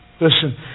Listen